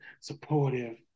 supportive